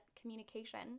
communication